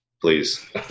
Please